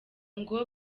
ngo